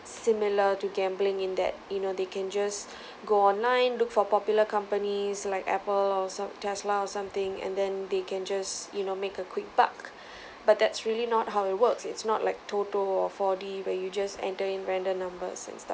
similar to gambling in that you know they can just go online look for popular companies like apple or some tesla or something and then they can just you know make a quick buck but that's really not how it works it's not like TOTO or four D where you just enter in random numbers and stuff